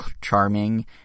charming